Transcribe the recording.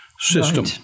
system